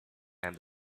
and